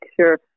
sure